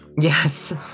Yes